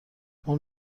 اون